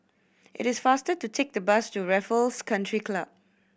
it is faster to take the bus to Raffles Country Club